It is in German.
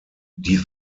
die